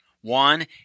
One